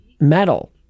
metal